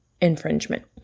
infringement